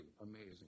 amazing